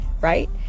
right